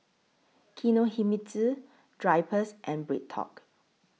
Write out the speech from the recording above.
Kinohimitsu Drypers and BreadTalk